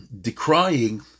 decrying